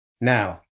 Now